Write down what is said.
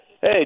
Hey